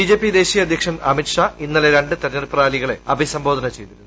BJP ദേശീയ അദ്ധ്യക്ഷൻ അമിത് ഷാ ഇന്നലെ രണ്ട് തെരഞ്ഞെടുപ്പ് റാലികളെ അഭിസംബോധന ചെയ്തിരുന്നു